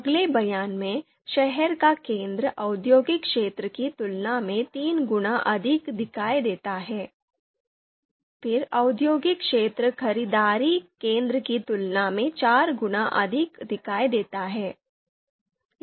अगले बयान में शहर का केंद्र औद्योगिक क्षेत्र की तुलना में तीन गुना अधिक दिखाई देता है फिर औद्योगिक क्षेत्र खरीदारी केंद्र की तुलना में चार गुना अधिक दिखाई देता है